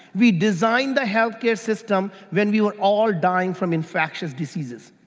we designed the healthcare system when we were all dying from infectious diseases.